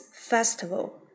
festival